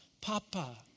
Papa